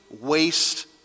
waste